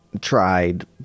tried